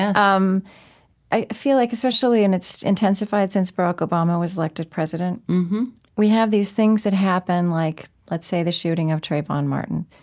um i feel like, especially and it's intensified since barack obama was elected president we have these things that happen, like, let's say, the shooting of trayvon martin.